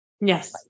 Yes